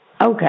Okay